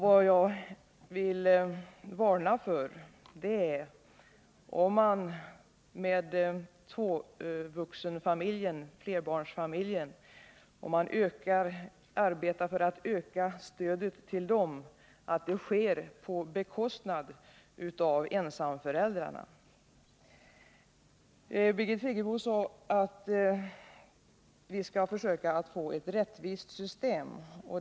Vad jag vill varna för är att man arbetar för att öka stödet till flerbarnsfamiljer med två föräldrar och låter det ske på bekostnad av ensamföräldrarna. Birgit Friggebo sade att vi skall försöka få ett rättvist system.